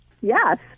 Yes